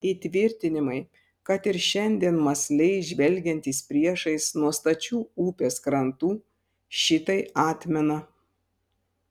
įtvirtinimai dar ir šiandien mąsliai žvelgiantys priešais nuo stačių upės krantų šitai atmena